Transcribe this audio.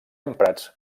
emprats